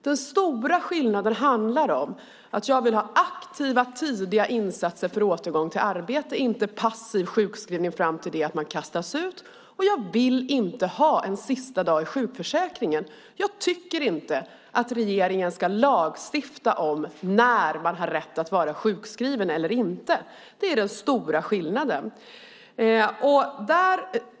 Den stora skillnaden handlar om att jag vill ha aktiva tidiga insatser för återgång till arbete, inte passiv sjukskrivning fram till det att man kastas ut. Jag vill inte ha en sista dag i sjukförsäkringen. Jag tycker inte att regeringen ska lagstifta om när man har rätt att vara sjukskriven eller inte. Det är den stora skillnaden.